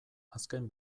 azken